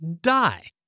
die